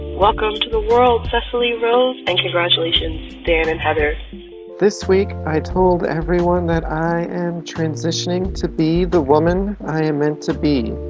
welcome to the world, cecily rose. and congratulations, dan and heather this week, i told everyone that i am transitioning to be the woman i am meant to be.